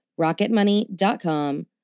Rocketmoney.com